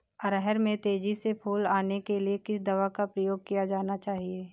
अरहर में तेजी से फूल आने के लिए किस दवा का प्रयोग किया जाना चाहिए?